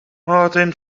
martin